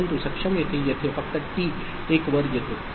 परंतु सक्षम येथे येथे फक्त टी 1 वर येतो